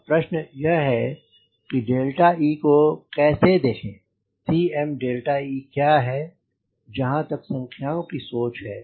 अब प्रश्न यह है कि e को कैसे देखें Cme क्या है जहाँ तक संख्याओं की सोच है